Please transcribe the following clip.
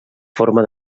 forma